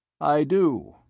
i do,